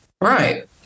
right